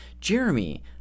Jeremy